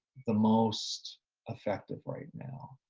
the most effective right now.